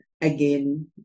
again